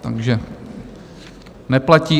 Takže neplatí.